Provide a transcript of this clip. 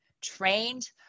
trained